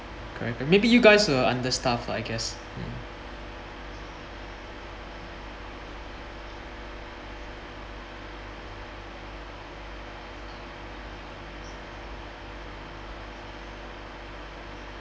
correct maybe you guys are understaffed lah I guess mm